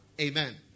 Amen